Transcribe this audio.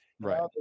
right